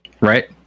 right